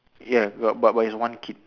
ya got but but it's one kid